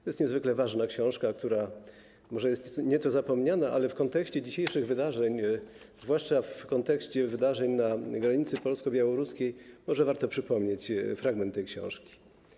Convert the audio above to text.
To jest niezwykle ważna książka, która może jest nieco zapomniana, ale w kontekście dzisiejszych wydarzeń, zwłaszcza w kontekście wydarzeń na granicy polsko-białoruskiej, może warto przypomnieć fragment tej książki.